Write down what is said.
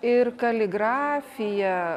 ir kaligrafija